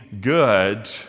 good